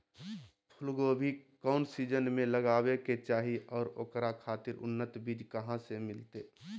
फूलगोभी कौन सीजन में लगावे के चाही और ओकरा खातिर उन्नत बिज कहा से मिलते?